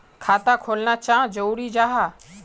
खाता खोलना चाँ जरुरी जाहा?